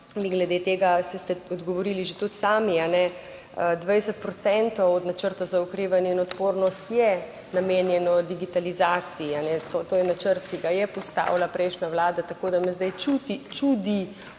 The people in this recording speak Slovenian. glede tega, saj ste odgovorili že tudi sami, 20 procentov od načrta za okrevanje in odpornost je namenjeno digitalizaciji. To je načrt, ki ga je postavila prejšnja vlada, tako da me zdaj čuti